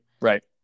Right